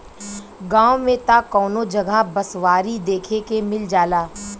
गांव में त कवनो जगह बँसवारी देखे के मिल जाला